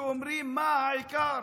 שאומרים מה העיקר,